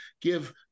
give